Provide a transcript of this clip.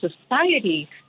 society